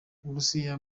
uburusiya